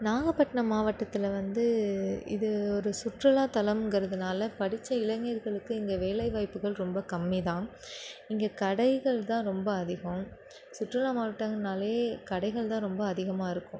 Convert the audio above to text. நாகப்பட்டினம் மாவட்டத்தில் வந்து இது ஒரு சுற்றுலாத்தலங்கிறதுனால படிச்ச இளைஞர்களுக்கு இங்கே வேலைவாய்ப்புகள் ரொம்ப கம்மி தான் இங்கே கடைகள் தான் ரொம்ப அதிகம் சுற்றுலா மாவட்டம்னாலே கடைகள் தான் ரொம்ப அதிகமாக இருக்கும்